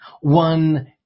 one